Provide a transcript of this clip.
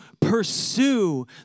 pursue